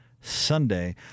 Sunday